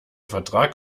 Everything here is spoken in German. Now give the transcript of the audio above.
vertrag